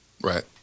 Right